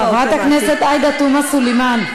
חברת הכנסת עאידה תומא סלימאן.